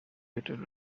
rated